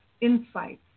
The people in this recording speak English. insights